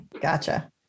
gotcha